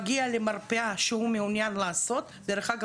הוא מגיע למרפאה שהוא מעוניין לעשות דרך אגב,